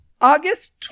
August